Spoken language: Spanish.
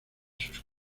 sus